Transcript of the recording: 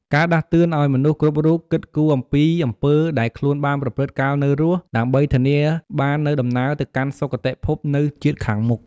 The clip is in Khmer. ការដាស់តឿនឱ្យមនុស្សគ្រប់រូបគិតគូរអំពីអំពើដែលខ្លួនបានប្រព្រឹត្តកាលនៅរស់ ដើម្បីធានាបាននូវដំណើរទៅកាន់សុគតិភពនៅជាតិខាងមុខ។